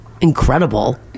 incredible